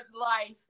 life